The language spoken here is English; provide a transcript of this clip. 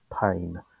pain